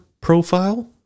profile